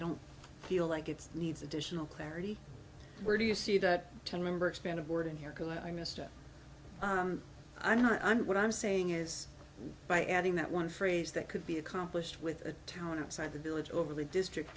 don't feel like it's needs additional clarity where do you see that ten member expanded word in here because i missed it i'm sure i'm what i'm saying is by adding that one phrase that could be accomplished with a town outside the village over the district